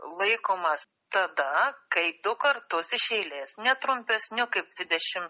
laikomas tada kai du kartus iš eilės ne trumpesniu kaip dvidešimt